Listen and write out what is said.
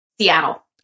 Seattle